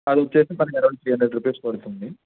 అది వచ్చి per around three hundred rupees పడుతుంది